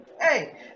hey